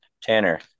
Tanner